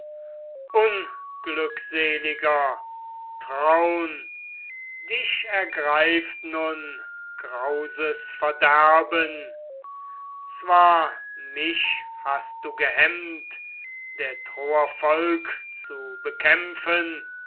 unglückseliger traun dich ergreift nun grauses verderben zwar mich hast du gehemmt der troer volk zu bekämpfen